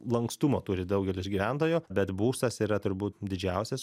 lankstumo turi daugelis gyventojų bet būstas yra turbūt didžiausias